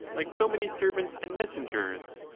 like so many servants and messengers.